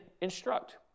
instruct